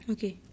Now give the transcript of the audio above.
Okay